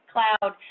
cloud